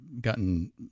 gotten